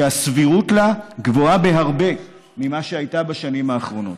שהסבירות לה גבוהה בהרבה ממה שהייתה בשנים האחרונות.